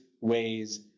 ways